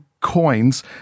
coins